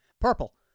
Purple